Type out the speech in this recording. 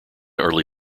early